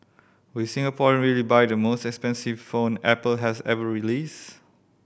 will Singaporean really buy the most expensive phone Apple has ever released